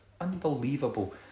unbelievable